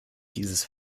dieses